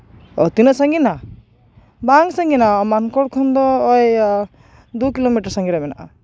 ᱚᱻ ᱛᱤᱱᱟᱹᱜ ᱥᱟᱺᱜᱤᱧᱟ ᱵᱟᱝ ᱥᱟᱺᱜᱤᱧ ᱢᱟᱱᱠᱚᱨ ᱠᱷᱚᱱ ᱫᱚ ᱳᱭ ᱫᱩ ᱠᱤᱞᱳᱢᱤᱴᱟᱨ ᱥᱟᱺᱜᱤᱧ ᱨᱮ ᱢᱮᱱᱟᱜᱼᱟ